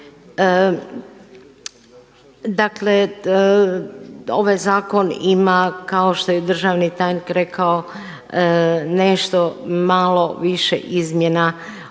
Dakle, ovaj zakon ima kao što je državni tajnik rekao nešto malo više izmjena od